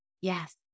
Yes